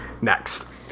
Next